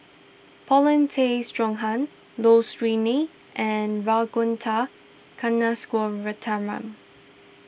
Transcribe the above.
Paulin Tay Straughan Low Siew Nghee and Ragunathar Kanagasuntheram